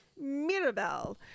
Mirabel